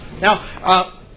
Now